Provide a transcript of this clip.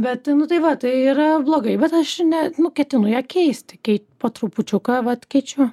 bet nu tai va tai yra blogai bet aš ne nu ketinu ją keisti kei po trupučiuką vat keičiu